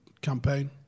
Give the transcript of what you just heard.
campaign